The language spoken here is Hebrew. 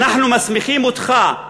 אנחנו מסמיכים אותך,